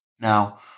now